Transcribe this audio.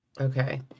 Okay